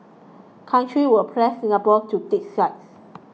countries will press Singapore to take sides